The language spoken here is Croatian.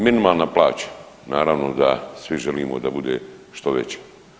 Minimalna plaća, naravno da svi želimo da bude što veća.